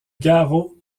garrot